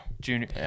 junior